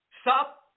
stop